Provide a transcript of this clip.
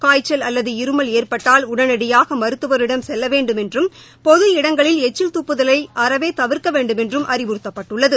காய்ச்சல் அல்லது இருமல் ஏற்பட்டால் உடனடியாக மருத்துவரிடம் செல்ல வேண்டும் என்றும் பொது இடங்களில் எச்சில் துப்புதலை அறவே தவிர்க்க வேண்டுமென்றும் அறிவுறுத்தப்பட்டுள்ளது